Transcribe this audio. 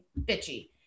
bitchy